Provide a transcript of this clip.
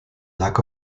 lack